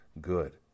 good